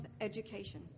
education